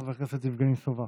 חבר הכנסת יבגני סובה.